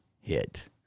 hit